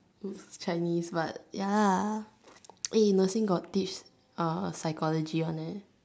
he's Chinese but ya eh nursing got teach psychology one eh